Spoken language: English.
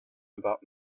about